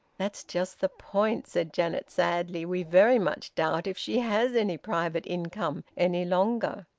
that's just the point, said janet sadly. we very much doubt if she has any private income any longer.